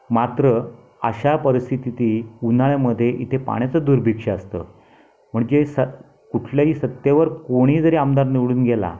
मात्र अशा परिस्थितीतही उन्हाळ्यामध्ये इथे पाण्याचं दुर्भीक्ष्य असतं म्हणजे स कुठल्याही सत्तेवर कोणीही जरी आमदार निवडून गेला